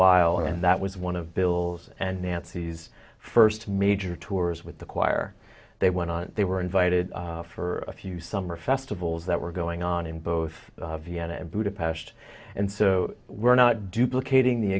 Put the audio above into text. while and that was one of bill's and nancy's first major tours with the choir they went on they were invited for a few summer festivals that were going on in both vienna and budapest and so we're not duplicating the